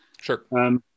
Sure